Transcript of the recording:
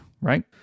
right